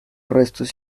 restos